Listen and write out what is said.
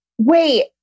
Wait